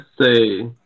say